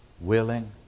willing